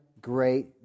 great